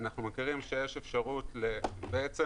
בעצם